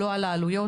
לא על העלויות,